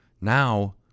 now